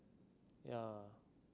yeah